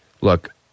Look